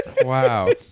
Wow